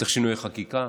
צריך שינויי חקיקה,